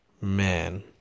man